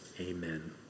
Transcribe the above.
Amen